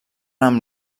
amb